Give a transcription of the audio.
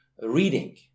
reading